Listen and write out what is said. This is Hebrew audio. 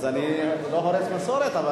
טוב, מה אני יכול לעשות, אז אני לא הורס מסורת.